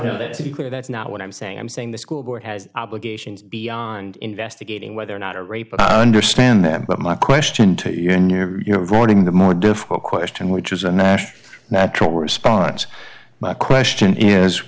clear that's not what i'm saying i'm saying the school board has obligations beyond investigating whether or not a rape understand that but my question to you in your reporting the more difficult question which is a national natural response my question is